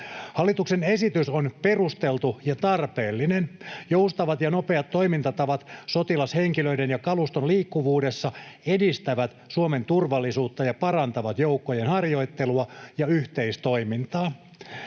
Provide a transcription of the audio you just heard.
Hallituksen esitys on perusteltu ja tarpeellinen. Joustavat ja nopeat toimintatavat sotilashenkilöiden ja kaluston liikkuvuudessa edistävät Suomen turvallisuutta ja parantavat joukkojen harjoittelua ja yhteistoimintaa.